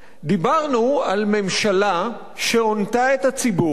דיברנו על ממשלה שהונתה את הציבור,